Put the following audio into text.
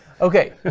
Okay